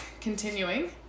continuing